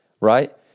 right